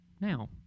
now